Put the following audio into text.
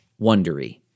wondery